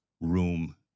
room